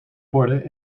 borden